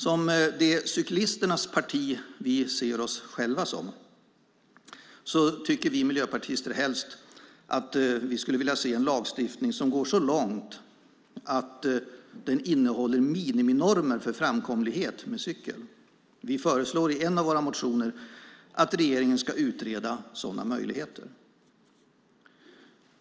Som det cyklisternas parti vi ser oss själva som skulle vi miljöpartister helst vilja se en lagstiftning som går så långt att den innehåller miniminormer för framkomlighet med cykel. Vi föreslår i en av våra motioner att regeringen ska utreda sådana möjligheter.